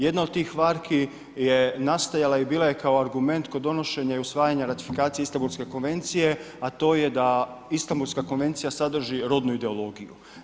Jedna od tih varki je nastajala i bila je kao argument kod donošenja i usvajanja ratifikacije Istanbulske konvencije a to je da Istanbulska konvencija sadrži rodnu ideologiju.